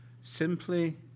simply